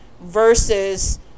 versus